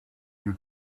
you